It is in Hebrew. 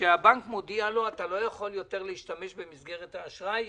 שהבנק מודיע להם: אתם לא יכולים יותר להשתמש במסגרת האשראי,